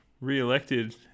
re-elected